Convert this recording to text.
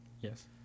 yes